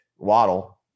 Waddle